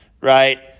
right